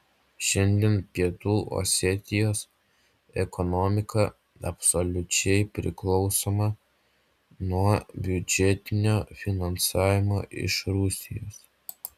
šiandien pietų osetijos ekonomika absoliučiai priklausoma nuo biudžetinio finansavimo iš rusijos